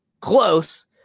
Close